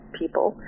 people